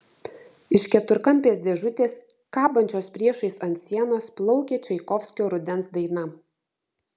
iš keturkampės dėžutės kabančios priešais ant sienos plaukė čaikovskio rudens daina